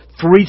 three